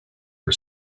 for